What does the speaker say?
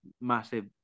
massive